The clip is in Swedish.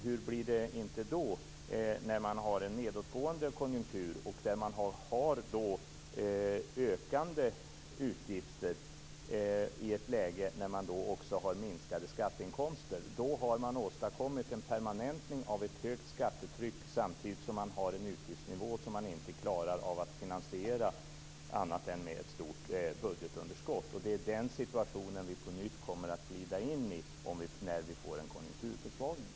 Hur blir det inte då när man har en nedåtgående konjunktur med ökande utgifter i ett läge då skatteinkomsterna minskar? Då har man åstadkommit en permanentning av ett högt skattetryck samtidigt som man har en utgiftsnivå som man inte klarar av att finansiera annat än med ett stort budgetunderskott, och det är den situationen vi på nytt kommer att glida in i när vi får en konjunkturförsvagning.